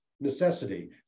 necessity